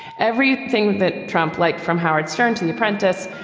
every thing that trump liked from howard stern to the apprentice.